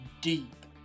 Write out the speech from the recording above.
deep